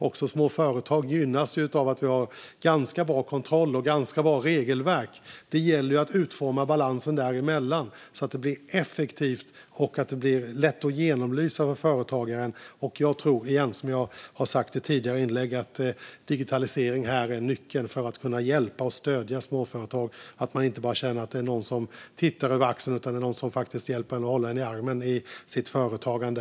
Också små företag gynnas av att vi har ganska bra kontroll och ganska bra regelverk. Det gäller att utforma balansen däremellan så att det blir effektivt och lätt att genomlysa för företagaren. Digitalisering är här nyckeln, som jag har sagt i tidigare inlägg, för att kunna hjälpa och stödja småföretag. De ska känna att det inte bara är någon som tittar över axeln utan också att det är någon som hjälper dem och som håller dem i handen i deras företagande.